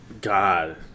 God